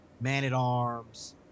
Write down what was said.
Man-at-Arms